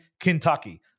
Kentucky